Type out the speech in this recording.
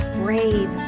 brave